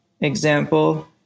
example